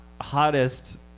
hottest